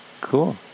cool